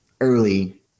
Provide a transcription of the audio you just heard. early